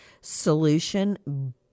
solution